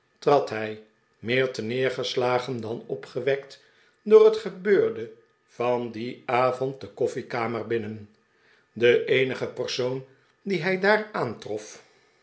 trad hij meer terneergeslagen dan opgewekt door het gebeurde van dien avond de koffiekamer binnen de eenige persoon dien hij daar aantrof